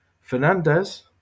Fernandez